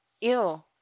Ew